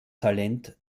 talent